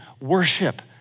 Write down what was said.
worship